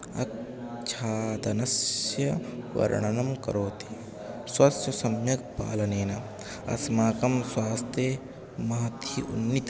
आच्छादनस्य वर्णनं करोति स्वस्य सम्यक् पालनेन अस्माकं स्वास्थ्ये महती उन्नतिः